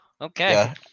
Okay